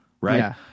Right